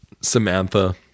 samantha